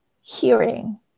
hearing